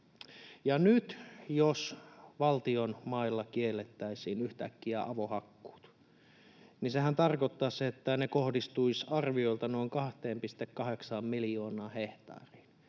nyt, jos valtion mailla kiellettäisiin yhtäkkiä avohakkuut, niin sehän tarkoittaisi, että ne kohdistuisivat arviolta noin 2,8 miljoonaan hehtaariin.